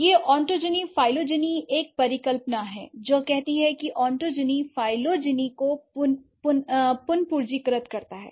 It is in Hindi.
यह ओटोजनी फेलोजेनी एक परिकल्पना है जो कहती है कि ओटोजनी फेलोजेनी को पुनर्पूंजीकृत करता है